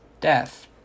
death